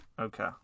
Okay